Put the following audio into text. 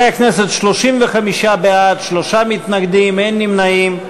חברי הכנסת, 35 בעד, שלושה מתנגדים, אין נמנעים.